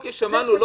אוקי, שמענו.